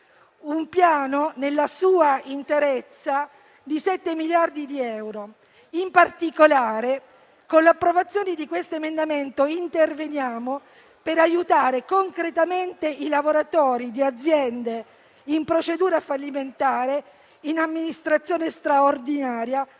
un piano, nella sua interezza, di 7 miliardi di euro. In particolare, con l'approvazione di questo emendamento interveniamo per aiutare concretamente i lavoratori di aziende in procedura fallimentare, in amministrazione straordinaria